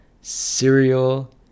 cereal